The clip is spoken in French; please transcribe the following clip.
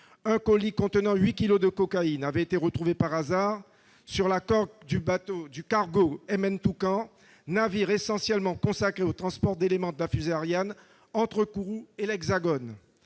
un colis contenant 8 kilos de cocaïne avait été retrouvé « par hasard » sur la coque du cargo, navire essentiellement dédié au transport d'éléments de la fusée Ariane entre Kourou et l'Hexagone.